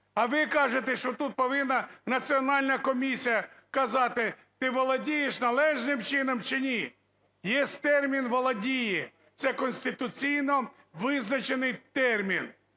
А ви тут кажете, що тут повинна Національна комісія казати, ти володієш належним чином чи ні. Є термін "володіє", це конституційно визначений термін.